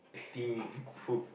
thing food